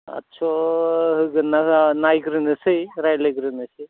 आतस' होगोन ना होआ नायग्रोनोसै रायज्लायग्रोनोसै